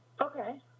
Okay